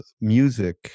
music